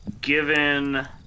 given